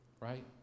right